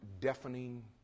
deafening